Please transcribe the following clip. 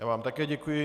Já vám také děkuji.